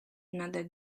another